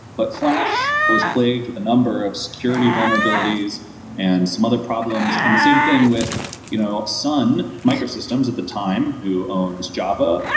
but flash was plagued with a number of security vulnerabilities and some other problems. and the same thing with you know sun microsystems at the time, who owns java,